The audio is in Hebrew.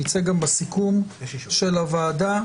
זה יצא גם בסיכום של הוועדה.